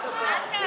מה הקשר?